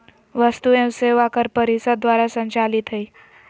वस्तु एवं सेवा कर परिषद द्वारा संचालित हइ